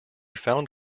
found